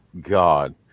God